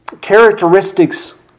characteristics